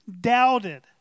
doubted